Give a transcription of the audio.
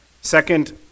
Second